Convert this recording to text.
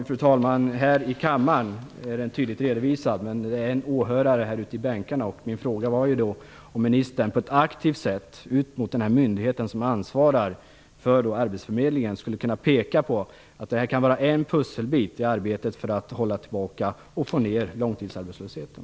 Fru talman! Här i kammaren är den tydligt redovisad. Vi har en åhörare här. Min fråga gällde om ministern på ett aktivt sätt gentemot den myndighet som ansvarar för arbetsförmedlingen skulle kunna peka på att det här kan vara en pusselbit i arbetet för att hålla tillbaka och få ned långtidsarbetslösheten.